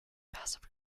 passive